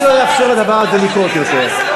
ואני לא אאפשר לדבר הזה לקרות יותר.